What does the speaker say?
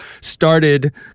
started